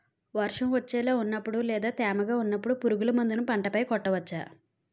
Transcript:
వర్షం వచ్చేలా వున్నపుడు లేదా తేమగా వున్నపుడు పురుగు మందులను పంట పై కొట్టవచ్చ?